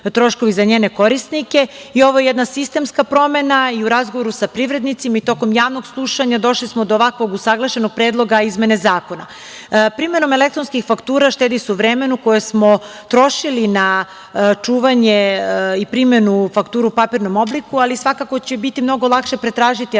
Ovo je jedna sistemska promena i u razgovoru sa privrednicima i tokom javnog slušanja došli smo do ovakvog usaglašenog predloga izmene zakona. Primenom elektronskih faktura štedi se u vremenu koje smo trošili na čuvanje i primenu faktura u papirnom obliku, ali svakako će biti mnogo lakše pretražiti elektronske fakture